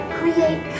create